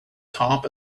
top